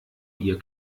ihr